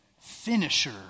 finisher